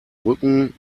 rücken